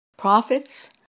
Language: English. Prophets